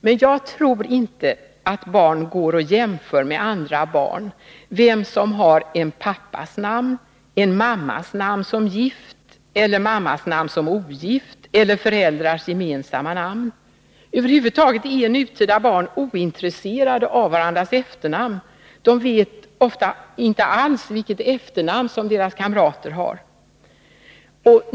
Men jag tror inte att barn går och jämför med andra barn vem som har en pappas namn, en mammas namn som gift eller som ogift eller föräldrars gemensamma namn. Över huvud taget är nutida barn ointresserade av varandras efternamn. De vet ofta inte alls vilket efternamn deras kamrater har.